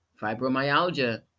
fibromyalgia